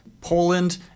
Poland